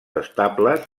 estables